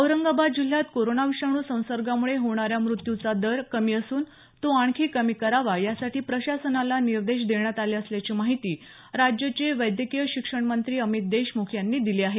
औरंगाबाद जिल्ह्यात कोरोना विषाणू संसर्गामुळे होणाऱ्या मृत्यूचा दर कमी असून तो आणखी कमी करावा यासाठी प्रशासनाला निर्देश देण्यात आले असल्याची माहिती राज्याचे वैद्यकीय शिक्षण मंत्री अमित देशमुख यांनी दिली आहे